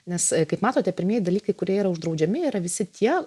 nes kaip matote pirmieji dalykai kurie yra uždraudžiami yra visi tie